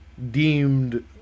Deemed